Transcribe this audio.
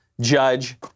judge